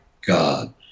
God